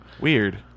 Weird